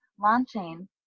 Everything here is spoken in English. launching